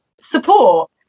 support